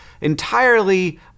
entirely